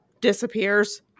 disappears